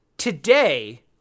Today